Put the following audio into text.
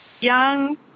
young